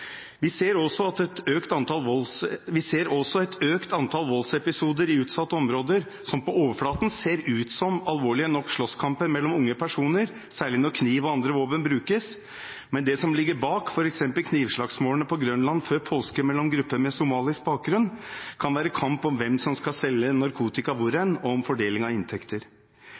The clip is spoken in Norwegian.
Vi ser også et økt antall voldsepisoder i utsatte områder, som på overflaten ser ut som alvorlige nok slåsskamper mellom unge personer, særlig når kniv og andre våpen brukes, men det som ligger bak f.eks. knivslagsmålene på Grønland før påske mellom grupper med somalisk bakgrunn, kan være kamp om hvem som skal selge narkotika hvor, og om fordeling av inntekter.